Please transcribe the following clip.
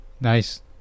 Nice